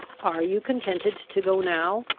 are you contented to go now?